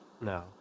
No